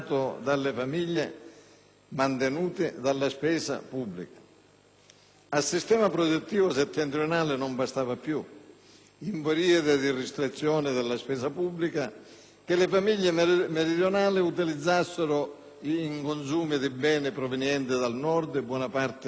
mantenute dalla stessa spesa pubblica. Al sistema produttivo settentrionale non bastava più, in periodi di restrizione della spesa pubblica, che le famiglie meridionali utilizzassero in consumi di beni provenienti dal Nord buona parte del loro reddito.